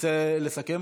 תרצה לסכם,